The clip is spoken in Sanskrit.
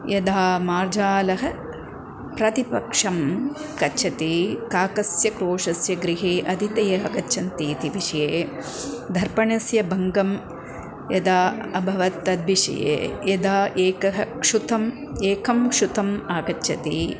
यदा मार्जालः प्रतिपक्षं गच्छति काकस्य क्रोशस्य गृहे अतितयः गच्छन्ति इति विषये दर्पणस्य भङ्गं यदा अभवत् तद् विषये यदा एकं क्षुतम् एकं क्षुतम् आगच्छति